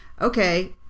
okay